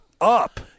up